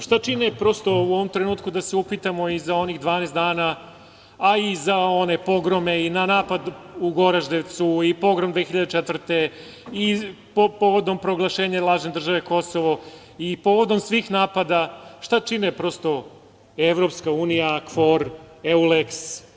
Šta čine u ovom trenutku, da se upitamo i za onih 12 dana, a i za one pogrome i napad u Goraždevcu, pogrom 2004. godine, povodom proglašenja lažne države Kosovo i povodom svih napada, EU, KFOR, Euleks?